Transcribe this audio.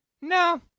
No